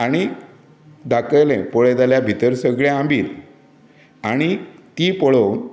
आनी दाखयलें पळयत जाल्यार भितर सगळी आमील आनी ती पळोवन